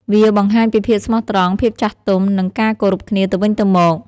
វាបង្ហាញពីភាពស្មោះត្រង់ ភាពចាស់ទុំ និងការគោរពគ្នាទៅវិញទៅមក។